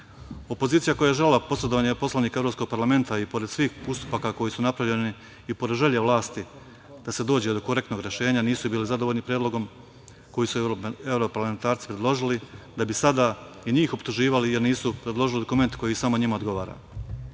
Opozicija koja je želela posredovanje poslanika Evropskog parlamenta i pored svih ustupaka koji su napravljeni i pored želje vlasti da se dođe do korektnog rešenja, nisu bili zadovoljni predlogom koji su evroparlamentarci predložili da bi sada i njih optuživali, jer nisu predložili dokument koji samo njima